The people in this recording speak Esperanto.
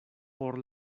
por